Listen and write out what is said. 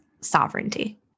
sovereignty